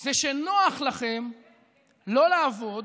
זה שנוח לכם לא לעבוד,